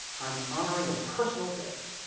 i am honoring a personal debt